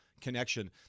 connection